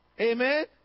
Amen